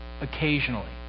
occasionally